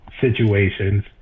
situations